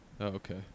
okay